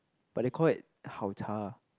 but they call it 好茶: hao cha